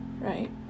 right